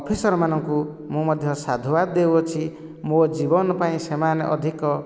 officer ମାନଙ୍କୁ ମୁଁ ମଧ୍ୟ ସାଧୁବାଦ ଦେଉଅଛି ମୋ ଜୀବନ ପାଇଁ ସେମାନେ ଅଧିକ